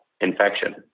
infection